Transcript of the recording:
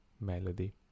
melody